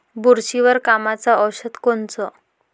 बुरशीवर कामाचं औषध कोनचं?